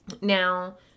now